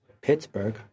Pittsburgh